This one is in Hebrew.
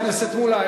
חבר הכנסת מולה,